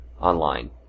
online